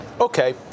Okay